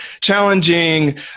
challenging